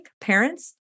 Parents